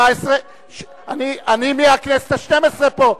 אני מהכנסת השתיים-עשרה פה.